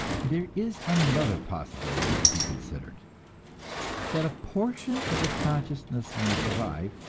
there is another possibility to be considered that a portion of the consciousness may survive,